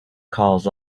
calls